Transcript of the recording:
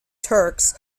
turks